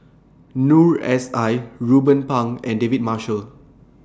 Noor S I Ruben Pang and David Marshall